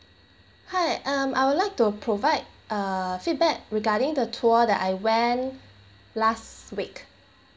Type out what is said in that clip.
hi um I would like to provide a feedback regarding the tour that I went last week